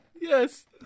yes